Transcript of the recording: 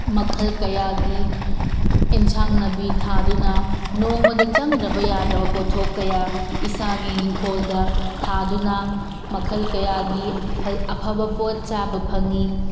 ꯃꯈꯜ ꯀꯌꯥꯒꯤ ꯑꯦꯟꯁꯥꯡ ꯅꯥꯄꯤ ꯊꯥꯗꯨꯅ ꯅꯣꯡꯃꯗ ꯆꯪꯗ꯭ꯔꯕ ꯌꯥꯗ꯭ꯔꯕ ꯄꯣꯠꯊꯣꯛ ꯀꯌꯥ ꯏꯁꯥꯒꯤ ꯏꯪꯈꯣꯜꯗ ꯊꯥꯗꯨꯅ ꯃꯈꯜ ꯀꯌꯥꯒꯤ ꯑꯐꯕ ꯄꯣꯠ ꯆꯥꯕ ꯐꯪꯉꯤ